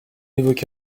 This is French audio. évoqué